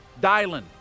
Dylan